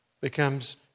becomes